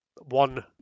one